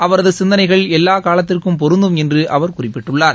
அவரது சிந்தனைகள் எல்லா காலத்திற்கும் பொருந்தும் என்று அவர் குறிப்பிட்டுள்ளார்